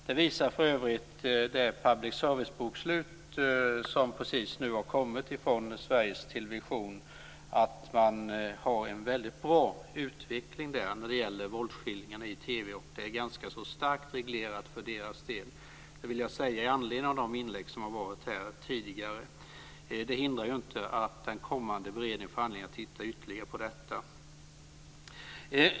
Det public service-bokslut som precis har kommit från Sveriges Television visar för övrigt att man har en väldigt bra utveckling när det gäller våldsskildringar i TV. Det är ganska så starkt reglerat för deras del. Det vill jag säga med anledning av de inlägg som varit här tidigare. Det hindrar inte att den kommande beredningen får anledning att titta ytterligare på detta.